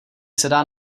sedá